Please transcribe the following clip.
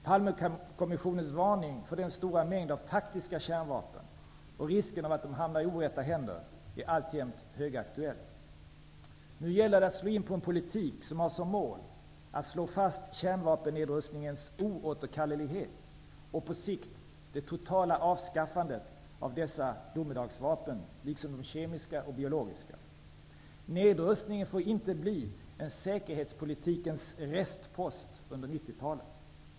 Palmekommissionens varning för den stora mängd av taktiska kärnvapen och risken för att dessa hamnar i orätta händer är alltjämt högaktuell. Nu gäller det att slå in på en politik som har som mål att slå fast kärnvapennedrustningens oåterkallelighet och, på sikt, det totala avskaffandet av dessa domedagsvapen, liksom av de kemiska och biologiska. Nedrustningen får inte bli en säkerhetspolitikens restpost under 90-talet.